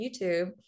YouTube